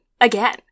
again